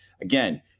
again